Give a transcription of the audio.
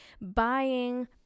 buying